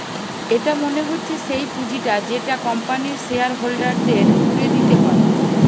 এটা মনে হচ্ছে সেই পুঁজিটা যেটা কোম্পানির শেয়ার হোল্ডারদের ঘুরে দিতে হয়